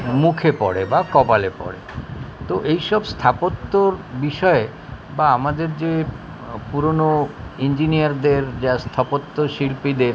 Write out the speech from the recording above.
মুখে পড়ে বা কপালে পড়ে তো এই সব স্থাপত্যর বিষয়ে বা আমাদের যে পুরনো ইঞ্জিনিয়ারদের যা স্থাপত্য শিল্পীদের